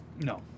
No